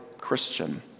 Christian